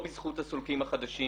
אבל אנחנו לא סוגרים,